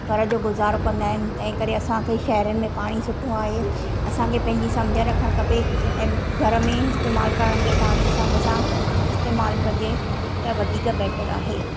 घर जो गुज़ारो कंदा आहिनि तंहिं करे असांखे शहरनि में पाणी सुठो आहे असांखे पंहिंजी सम्झ रखणु खपे ऐं घर में इस्तेमालु करण जो पाणी हिसाब सां इस्तेमालु कजे त वधीक बेटर आहे